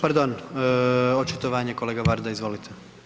Pardon, očitovanje kolega Varda, izvolite.